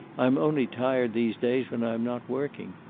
i am only tired these days when i am not working.